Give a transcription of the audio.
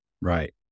Right